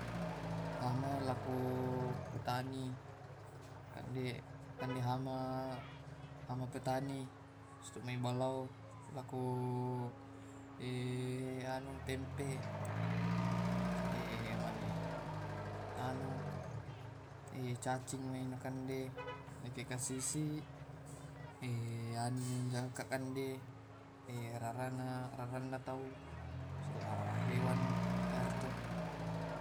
Dipakanjes tumai penusuran sisa sisa kande malinengan megatusisi setiap bongi meni pakeke, mani baru ki nakekes to.